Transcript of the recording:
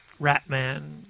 Ratman